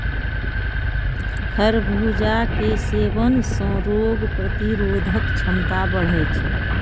खरबूजा के सेवन सं रोग प्रतिरोधक क्षमता बढ़ै छै